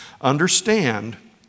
understand